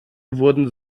wurden